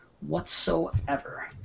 whatsoever